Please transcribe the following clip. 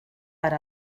per